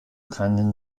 keinen